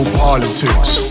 politics